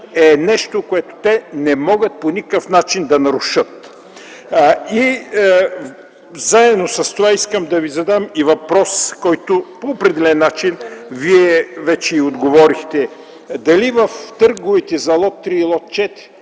е нещо, което те не могат по никакъв начин да нарушат. Заедно с това искам да Ви задам въпрос, на който по определен начин Вие вече отговорихте: дали в търговете за лот 3 и лот 4